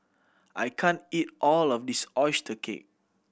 I can't eat all of this oyster cake